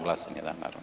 glasanje.